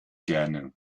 gerne